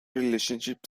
relationship